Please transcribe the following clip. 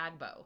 Agbo